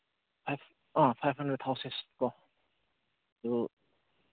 five uh five hundred ꯊꯥꯎꯁꯦꯁꯀꯣ ꯑꯗꯨ